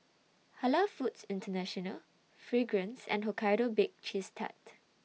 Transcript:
Halal Foods International Fragrance and Hokkaido Baked Cheese Tart